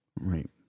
right